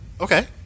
Okay